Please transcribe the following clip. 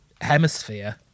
hemisphere